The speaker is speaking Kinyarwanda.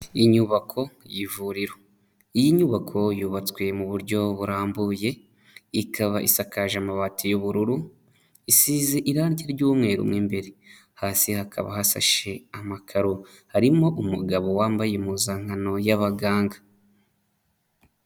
Inyubako y'ivuriro, iyi nyubako yubatswe mu buryo burambuye. Ikaba isakaje amabati y'ubururu, isize irangi ry'umweru mu imbere, hasi hakaba hasashe amakaro. Harimo umugabo wambaye impuzankano y'abaganga.